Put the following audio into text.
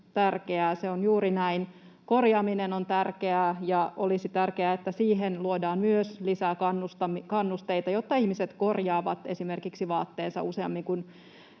Se on juuri näin. Korjaaminen on tärkeää, ja olisi tärkeää, että siihen luodaan myös lisää kannusteita, jotta ihmiset korjaavat esimerkiksi vaatteensa useammin kuin